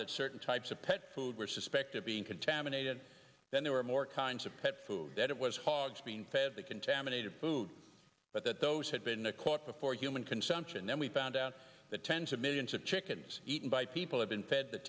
that certain types of pet food were suspected being contaminated then there were more kinds of pet food that it was hard being fed the contaminated food but that those had been a quote before human consumption and then we found out the tens of millions of chickens eaten by people have been fed the